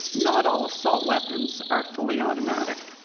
not all assault weapons are fully automatic.